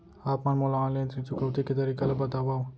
आप मन मोला ऑनलाइन ऋण चुकौती के तरीका ल बतावव?